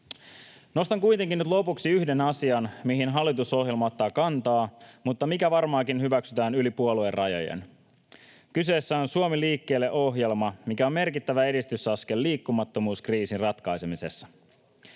Nostan kuitenkin nyt lopuksi yhden asian, mihin hallitusohjelma ottaa kantaa mutta mikä varmaankin hyväksytään yli puoluerajojen. Kyseessä on Suomi liikkeelle ‑ohjelma, joka on merkittävä edistysaskel liikkumattomuuskriisin ratkaisemisessa.